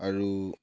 আৰু